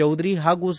ಚೌಧರಿ ಹಾಗೂ ಸಿ